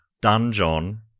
Dungeon